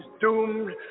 doomed